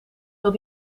dat